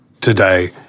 today